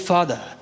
Father